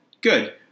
Good